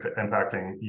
impacting